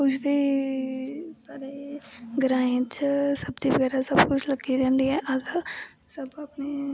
कुश बी साढ़े ग्राएं च सब्जी बगैरा सब कुश लग्गी जंदी ऐ अस सब कुश अपनी